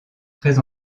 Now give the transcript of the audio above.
très